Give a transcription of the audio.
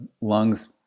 lungs